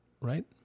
right